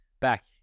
back